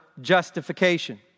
justification